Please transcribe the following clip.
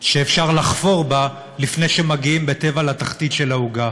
שאפשר לחפור בה לפני שמגיעים בטבע לתחתית של העוגה.